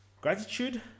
Gratitude